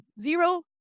zero